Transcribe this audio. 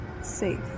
safe